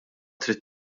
trid